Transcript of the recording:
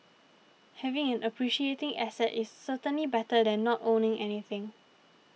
having an appreciating asset is certainly better than not owning anything